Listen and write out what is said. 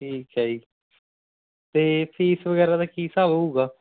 ਠੀਕ ਹੈ ਜੀ ਅਤੇ ਫੀਸ ਵਗੈਰਾ ਦਾ ਕੀ ਹਿਸਾਬ ਹੋਵੇਗਾ